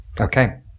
Okay